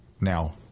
Now